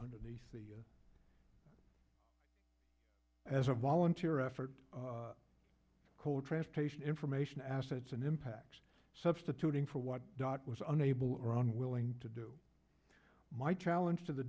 underneath the as a volunteer effort called transportation information assets and impacts substituting for what it was unable or unwilling to do my challenge to the